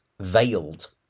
veiled